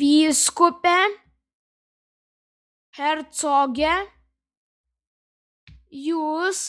vyskupe hercoge jūs